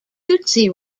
tutsi